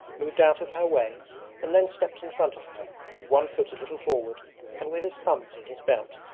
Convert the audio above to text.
moved out of her way and then stepped in front of her with one foot a little forward and with his thumbs in his belt,